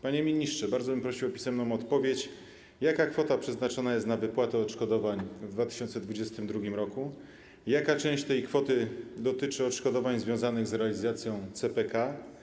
Panie ministrze, bardzo bym prosił o pisemną odpowiedź na pytanie, jaka kwota przeznaczona jest na wypłatę odszkodowań w 2022 r. i jaka część tej kwoty dotyczy odszkodowań związanych z realizacją CPK.